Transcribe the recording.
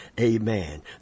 amen